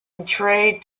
betray